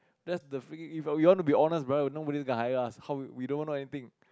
that's the freaking if we are to be honest brother nobody going hire us how we don't know everything